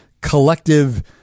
collective